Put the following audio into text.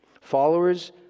followers